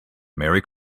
merry